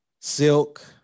Silk